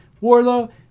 Warlow